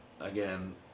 again